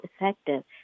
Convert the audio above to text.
effective